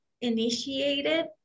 initiated